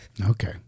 Okay